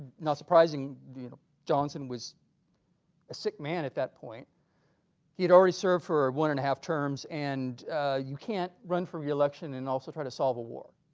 not surprising you know johnson was a sick man at that point he had already served for one and a half terms and you can't run for reelection and also try to solve a war.